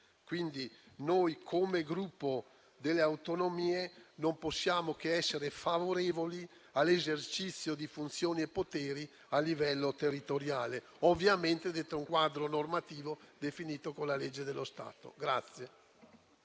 Come Gruppo non possiamo che essere favorevoli all'esercizio di funzioni e poteri a livello territoriale, ovviamente dentro un quadro normativo definito con legge dello Stato.